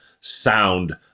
sound